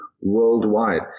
worldwide